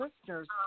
listeners